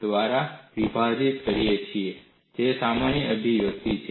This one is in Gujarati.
દ્વારા વિભાજીત કરીએ છીએ તેથી આ સામાન્ય અભિવ્યક્તિ છે